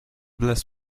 bless